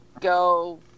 Go